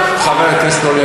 חברת הכנסת אורלי,